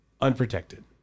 unprotected